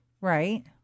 right